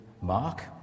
Mark